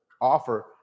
offer